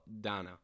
Dana